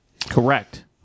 Correct